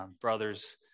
brothers